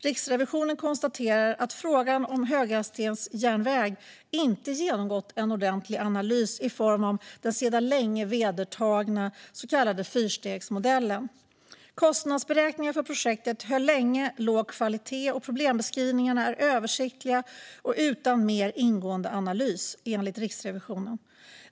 Riksrevisionen konstaterar att frågan om höghastighetsjärnväg inte har genomgått en ordentlig analys i form av den sedan länge vedertagna så kallade fyrstegsmodellen. Kostnadsberäkningarna för projektet höll länge låg kvalitet, och "problembeskrivningarna är översiktliga och utan mer ingående analys", enligt Riksrevisionen.